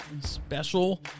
special